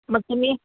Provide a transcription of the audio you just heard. मग मी